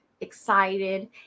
excited